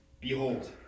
behold